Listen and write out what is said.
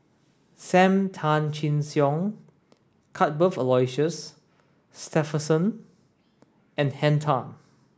Sam Tan Chin Siong Cuthbert Aloysius Shepherdson and Henn Tan